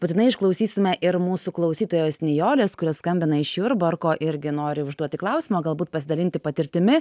būtinai išklausysime ir mūsų klausytojos nijolės kuri skambina iš jurbarko irgi nori užduoti klausimą galbūt pasidalinti patirtimi